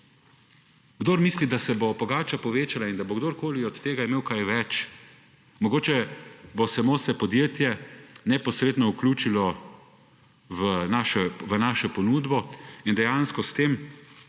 Kdor misli, da se bo pogača povečala in da bo kdorkoli od tega imel kaj več – mogoče se bo samo podjetje neposredno vključilo v našo ponudbo in dejansko s tem